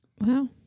Wow